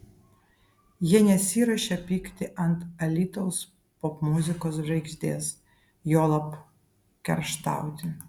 jie nesiruošia pykti ant alytaus popmuzikos žvaigždės juolab kerštauti